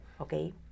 okay